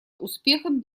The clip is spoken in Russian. успехом